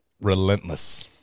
Relentless